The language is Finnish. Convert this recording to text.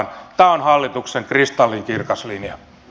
tämä on hallituksen kristallinkirkas linja